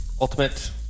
Ultimate